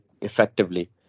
effectively